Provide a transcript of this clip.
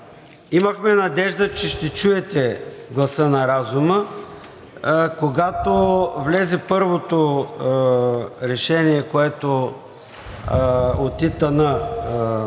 Имахме надежда, че ще чуете гласа на разума. Когато влезе първото решение, което от ИТН